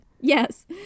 yes